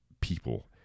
people